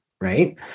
Right